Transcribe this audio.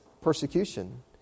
persecution